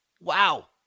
Wow